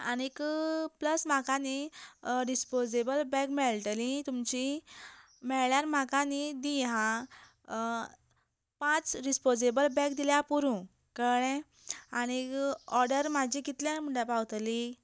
आनीक प्लस म्हाका न्ही डिसपोजिबल बॅग मेळटली तुमची मेळ्ळ्यार म्हाका न्ही दी हां पांच डिसपोजेबल बॅग दिल्यार पुरो कळ्ळें आनीक ऑर्डर म्हाजी कितल्यांक म्हळ्यार पावतली